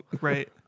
Right